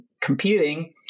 computing